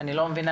אני לא מבינה.